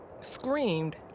screamed